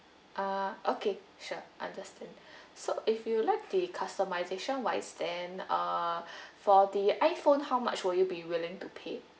uh okay sure understand so if you'd like the customisation wise then uh for the iPhone how much will you be willing to pay